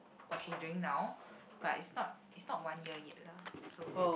what she's doing now but it's not it's not one year yet lah so